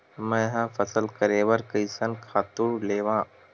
मैं ह फसल करे बर कइसन खातु लेवां?